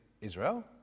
Israel